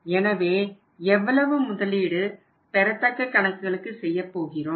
எனவே எவ்வளவு முதலீடு பெறத்தக்க கணக்குகளுக்கு செய்யப்போகிறோம்